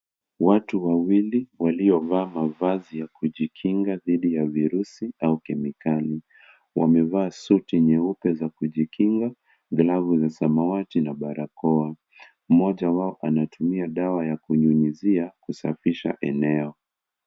Watu wawili waliovaa mavazi ya kujikinga dhidi ya virusi au kemikali. Wamevaa suti nyeupe za kujikinga, glavu za samawati na barakoa. Mmoja wao anatumia dawa ya kunyunyuzia kusafisha eneo.